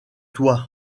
toit